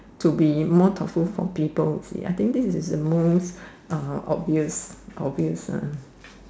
to be more thoughtful for people I think this is the most uh obvious obvious one